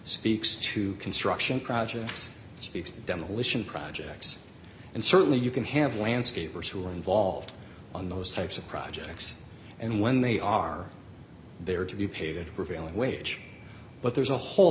speaks to construction projects speaks demolition projects and certainly you can have landscapers who are involved on those types of projects and when they are there to be paid a prevailing wage but there's a whole